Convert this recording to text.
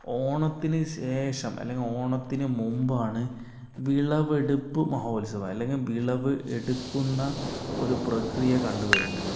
ഓണത്തിന് ശേഷം അല്ലെങ്കിൽ ഓണത്തിന് മുമ്പാണ് വിളവെടുപ്പ് മഹോത്സവം അല്ലെങ്കിൽ വിളവ് എടുക്കുന്ന ഒരു പ്രക്രീയ കണ്ടു വരുന്നത്